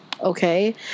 okay